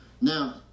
Now